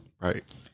right